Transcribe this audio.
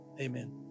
Amen